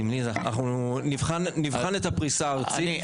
נבחן את הפריסה הארצית.